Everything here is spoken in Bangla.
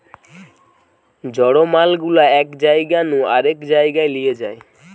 জড় মাল গুলা এক জায়গা নু আরেক জায়গায় লিয়ে যায়